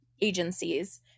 agencies